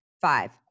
Five